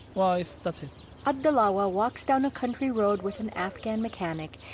wife, that's it abdullaweh walks down a country road with an afghan mechanic,